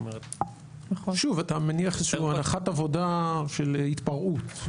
אתה מניח איזושהי הנחת עבודה של התפרעות.